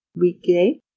weekday